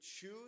choose